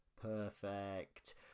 Perfect